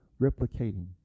replicating